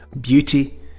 beauty